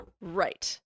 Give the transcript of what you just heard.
Right